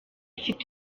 ifite